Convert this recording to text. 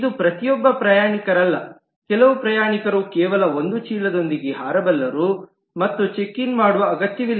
ಇದು ಪ್ರತಿಯೊಬ್ಬ ಪ್ರಯಾಣಿಕರಲ್ಲ ಕೆಲವು ಪ್ರಯಾಣಿಕರು ಕೇವಲ ಒಂದು ಚೀಲದೊಂದಿಗೆ ಹಾರಬಲ್ಲರು ಮತ್ತು ಚೆಕ್ ಇನ್ ಮಾಡುವ ಅಗತ್ಯವಿಲ್ಲ